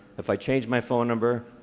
if i change my phone number,